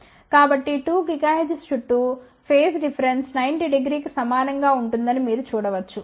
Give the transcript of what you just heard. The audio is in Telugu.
కాబట్టి 2 GHz చుట్టూ ఫేజ్ డిఫరెన్స్ 900 కి సమానం గా ఉంటుందని మీరు చూడవచ్చు